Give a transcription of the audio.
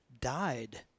died